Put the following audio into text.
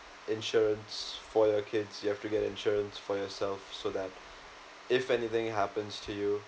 insurance for your kids you have to get insurance for yourself so that if anything happens to you